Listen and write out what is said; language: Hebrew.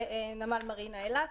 ונמל מרינה אילת.